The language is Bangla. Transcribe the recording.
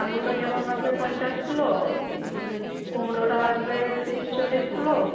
আলুটা যেমন লাগবে পঞ্চাশ কিলো কুমড়োটা লাগবে তিরিশ চল্লিশ কিলো